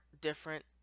different